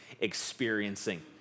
experiencing